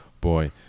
Boy